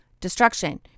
destruction